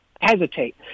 hesitate